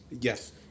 Yes